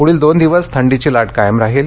पुढील दोन दिवस थंडीची लाट कायम राहील